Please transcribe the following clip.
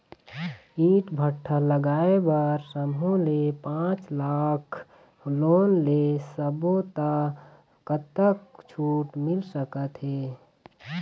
ईंट भट्ठा लगाए बर समूह ले पांच लाख लाख़ लोन ले सब्बो ता कतक छूट मिल सका थे?